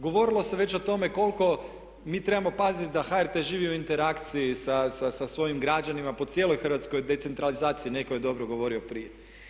Govorilo se već o tome koliko mi trebamo paziti da HRT živi u interakciji sa svojim građanima po cijeloj Hrvatskoj, o decentralizaciji netko je dobro govorio prije.